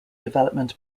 development